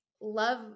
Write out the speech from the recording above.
love